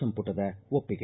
ಸಂಪುಟದ ಒಪ್ಪಿಗೆ